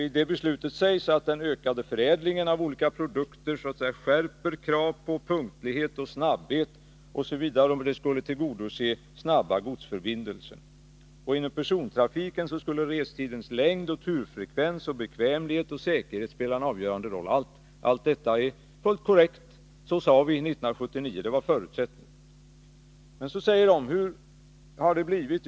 I beslutet sägs att den ökade förädlingen av olika produkter skärper krav på punktlighet och snabbhet osv. för att tillgodose snabba godsförbindelser. Inom persontrafiken skulle restidens längd och turfrekvens, bekvämlighet och säkerhet spela en avgörande roll. Allt detta är fullt korrekt, så sade vi 1979, det var förutsättningen. Men så frågar handelskammaren: Hur har det blivit?